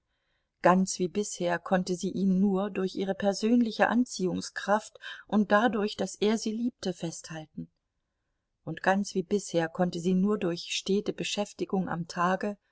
ganz wie bisher konnte sie ihn nur durch ihre persönliche anziehungskraft und dadurch daß er sie liebte festhalten und ganz wie bisher konnte sie nur durch stete beschäftigung am tage